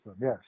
yes